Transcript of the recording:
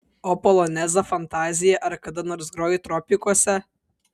o polonezą fantaziją ar kada nors grojai tropikuose